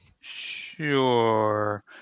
Sure